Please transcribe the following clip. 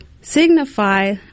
signify